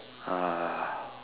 uh